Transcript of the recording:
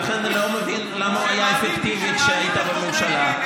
ולכן אני לא מבין למה הוא היה אפקטיבי כשהיית בממשלה.